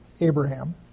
Abraham